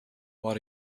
what